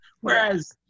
whereas